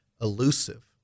elusive